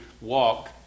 walk